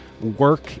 work